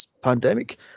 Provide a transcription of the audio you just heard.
pandemic